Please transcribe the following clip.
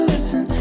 Listen